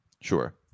sure